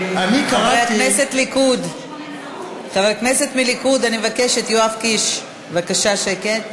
חברי הכנסת מהליכוד, יואב קיש, בבקשה שקט.